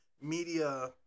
media